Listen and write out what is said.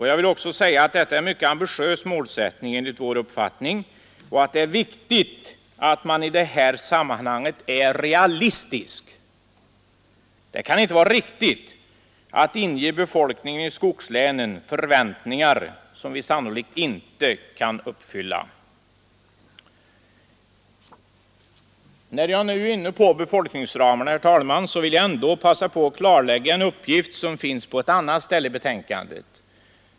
Jag vill också säga att detta är en mycket ambitiös målsättning, enligt vår uppfattning, och att det är viktigt att man i det här sammanhanget är realistisk. Det kan inte vara riktigt att inge befolkningen i skogslänen förväntningar som vi sannolikt inte kan uppfylla. När jag nu är inne på befolkningsramarna, herr talman, vill jag passa på att klarlägga en uppgift som finns på ett annat ställe i inrikesutskottets betänkande.